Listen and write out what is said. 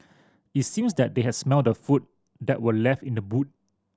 it seemed that they had smelt the food that were left in the boot